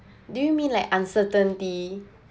do you mean like uncertainty